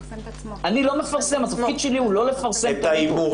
התפקיד שלי הוא לא לפרסם את הליגות.